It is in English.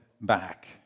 back